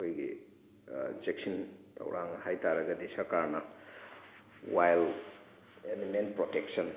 ꯑꯩꯈꯣꯏꯒꯤ ꯆꯦꯛꯁꯤꯟ ꯊꯧꯔꯥꯡ ꯍꯥꯏꯇꯥꯔꯒꯗꯤ ꯁꯔꯀꯥꯔꯅ ꯋꯥꯏꯜ ꯑꯦꯅꯤꯃꯦꯜ ꯄ꯭ꯔꯣꯇꯦꯛꯁꯟ